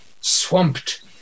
swamped